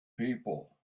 people